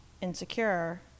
insecure